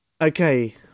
Okay